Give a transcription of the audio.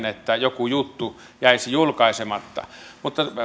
että joku juttu jäisi julkaisematta mutta